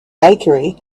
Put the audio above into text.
bakery